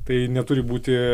tai neturi būti